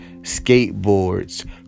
Skateboards